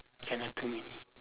cannot do already